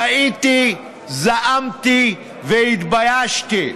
ראיתי, זעמתי והתביישתי.